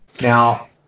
Now